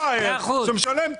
פראייר שמשלם.